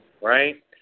right